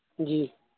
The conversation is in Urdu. جی